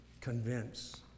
convince